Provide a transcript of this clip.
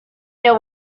know